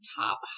top